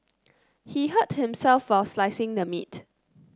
he hurt himself while slicing the meat